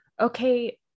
okay